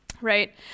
Right